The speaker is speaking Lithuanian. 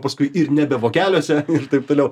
paskui ir nebe vokeliuose ir taip toliau